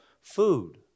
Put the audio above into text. food